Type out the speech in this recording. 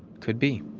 could be.